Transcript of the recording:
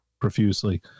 profusely